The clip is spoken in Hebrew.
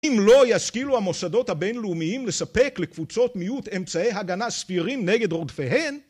אם לא ישכילו המוסדות הבינלאומיים לספק לקבוצות מיעוט אמצעי הגנה סבירים נגד רודפיהן